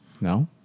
No